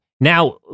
now